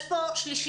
יש פה שלישייה,